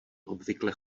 obvykle